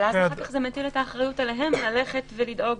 אבל זה מטיל את האחריות עליהם לדאוג לבדיקה.